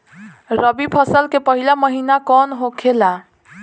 रबी फसल के पहिला महिना कौन होखे ला?